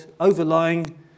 overlying